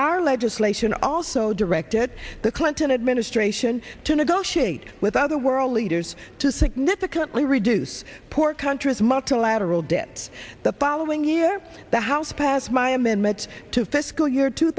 our legislation also directed the clinton administration to negotiate with other world leaders to significantly reduce poor countries multilateral debts the following year the house passed my amendment to fiscal year two